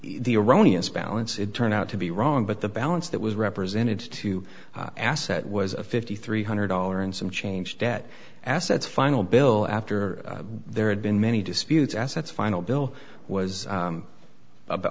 iranians balance it turned out to be wrong but the balance that was represented to asset was a fifty three hundred dollar and some change debt assets final bill after there had been many disputes assets final bill was about